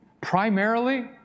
Primarily